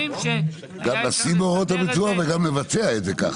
גם לשים בהוראות הביצוע וגם ליישם את זה ככה.